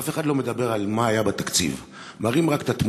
אף אחד לא מדבר על מה שהיה בדיון על התקציב,